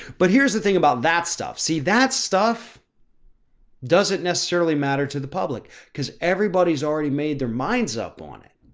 but here's the thing about that stuff. see that stuff doesn't know, certainly matter to the public cause everybody's already made their minds up on it.